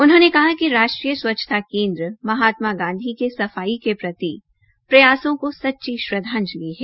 उन्होंने कहा कि राष्ट्रीय स्वच्छता केन्द्र महात्मा गांधी के सफाई के प्रति प्रयासों को सच्ची श्रद्वांजलि है